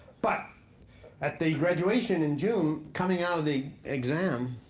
but at the graduation in june, coming out of the exam,